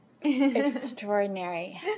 Extraordinary